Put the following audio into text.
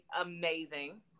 amazing